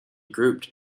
grouped